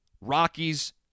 Rockies